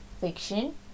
fiction